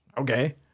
okay